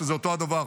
שזה אותו הדבר,